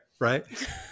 right